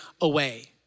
away